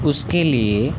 उसके लिए